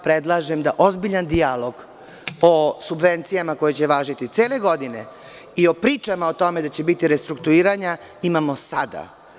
Predlažem jedan ozbiljan dijalog o subvencijama, koje će važiti cele godine, i pričama o tome da će biti restrukturiranja imamo sada.